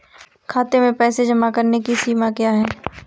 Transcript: खाते में पैसे जमा करने की सीमा क्या है?